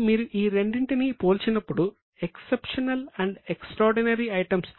ఇప్పుడు మీరు ఈ రెండింటినీ పోల్చినప్పుడు ఎక్సెప్షనల్ అండ్ ఎక్స్ట్రార్డినరీ ఐటమ్స్